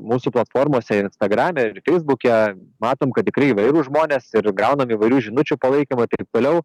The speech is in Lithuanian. mūsų platformose ir instagrame ir feisbuke matom kad tikrai įvairūs žmonės ir gaunam įvairių žinučių palaikymo ir taip toliau